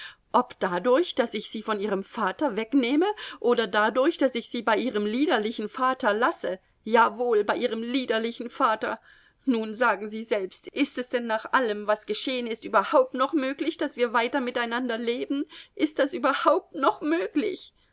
ob dadurch daß ich sie von ihrem vater wegnehme oder dadurch daß ich sie bei ihrem liederlichen vater lasse jawohl bei ihrem liederlichen vater nun sagen sie selbst ist es denn nach allem was geschehen ist überhaupt noch möglich daß wir weiter miteinander leben ist das überhaupt noch möglich